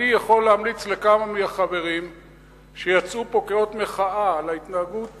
אני יכול להמליץ לכמה מהחברים שיצאו כאות מחאה על ההתנהגות